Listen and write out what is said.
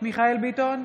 מיכאל מרדכי ביטון,